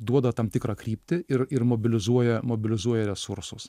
duoda tam tikrą kryptį ir ir mobilizuoja mobilizuoja resursus